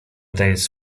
taniec